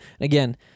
Again